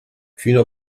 fino